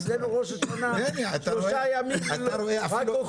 אצלנו ראש השנה שלושה ימים רק אוכלים.